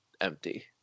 empty